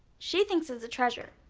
she thinks it's a treasure.